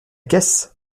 caisse